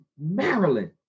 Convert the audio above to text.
Maryland